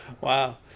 Wow